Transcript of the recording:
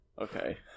Okay